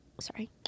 Sorry